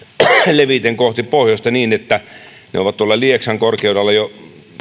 leviten kohti pohjoista niin että ne ovat tuolla lieksan korkeudella jo